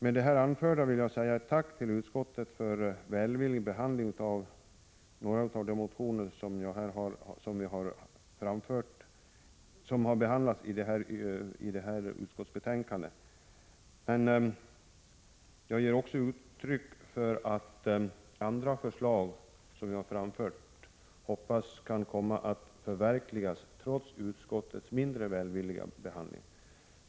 Med det anförda vill jag rikta ett tack till utskottet för välvillig behandling av många av de motioner som behandlas i detta utskottsbetänkande, men jag ger också uttryck för en förhoppning att andra förslag som vi har framfört kan komma att förverkligas trots utskottets mindre välvilliga behandling.